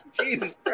Jesus